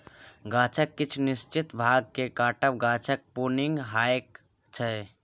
गाछक किछ निश्चित भाग केँ काटब गाछक प्रुनिंग कहाइ छै